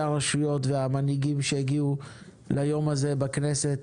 הרשויות והמנהיגים שהגיעו ליום הזה בכנסת,